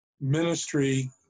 ministry